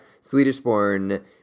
Swedish-born